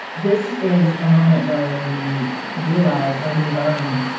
this is a moment where we realize or we learn.